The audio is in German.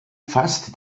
fast